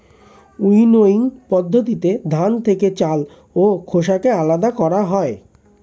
winnowing পদ্ধতিতে ধান থেকে চাল ও খোসাকে আলাদা করা হয়